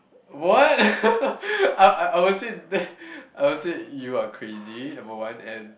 what I I I would say that I would say you are crazy number one and